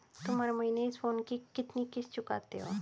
तुम हर महीने इस फोन की कितनी किश्त चुकाते हो?